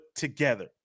together